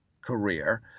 career